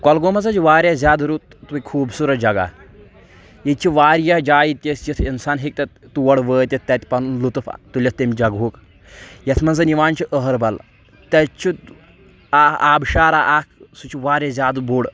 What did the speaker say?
کۄلگوم ہَسا چھِ واریاہ زیادٕ رُت تُہۍ خوٗبصوٗرت جگہ ییٚتہِ چھِ واریاہ جایہِ تہِ أسۍ یِتھ انسان ہیٚکہِ تتہِ تور وٲتِتھ تتہِ پنُن لُطف تُلِتھ تیٚمہِ جگہُک یَتھ منٛز یِوان چھُ أہربل تَتہِ چھُ آ آبہٕ شارا اکھ سُہ چھُ واریاہ زیادٕ بوٚڑ